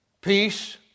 peace